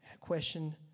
question